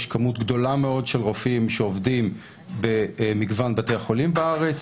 יש כמות גדולה מאוד של רופאים שעובדים במגוון בתי החולים בארץ